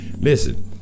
Listen